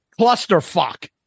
clusterfuck